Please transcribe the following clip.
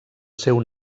seu